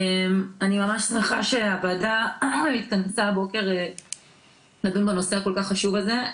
אני ממש שמחה שהועדה התכנסה הבוקר לדון בנושא הכול כך חשוב הזה.